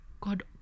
God